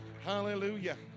Hallelujah